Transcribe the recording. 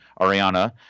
Ariana